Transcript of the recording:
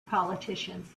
politicians